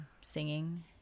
singing